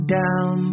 down